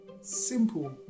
Simple